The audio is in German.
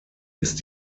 ist